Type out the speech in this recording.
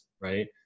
Right